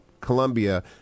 Colombia